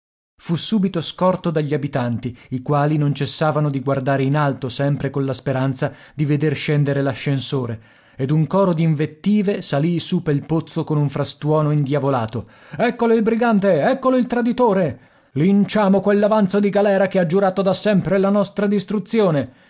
fu subito scorto dagli abitanti i quali non cessavano di guardare in alto sempre colla speranza di veder scendere l'ascensore ed un coro d'invettive salì su pel pozzo con un frastuono indiavolato eccolo il brigante eccolo il traditore linciamo quell'avanzo di galera che ha giurato da sempre la nostra distruzione